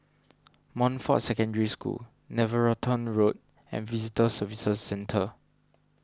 Montfort Secondary School Netheravon Road and Visitor Services Centre